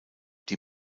die